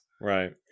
Right